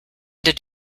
did